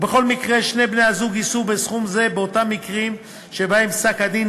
ובכל מקרה שני בני-הזוג יישאו בסכום זה באותם מקרים שבהם פסק-הדין